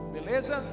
Beleza